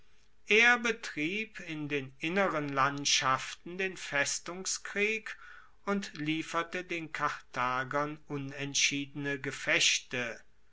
er betrieb in den inneren landschaften den festungskrieg und lieferte den karthagern unentschiedene gefechte